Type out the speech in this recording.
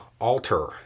alter